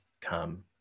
come